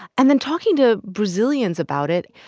and then talking to brazilians about it,